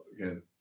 Again